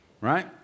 Right